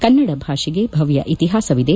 ಕನ್ನಡ ಭಾಷೆಗೆ ಭವ್ಯ ಇತಿಹಾಸವಿದೆ